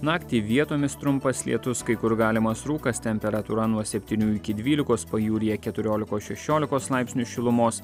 naktį vietomis trumpas lietus kai kur galimas rūkas temperatūra nuo septynių iki dvylikos pajūryje keturiolikos šešiolikos laipsnių šilumos